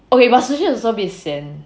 okay but sushi also a bit sian